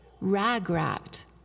rag-wrapped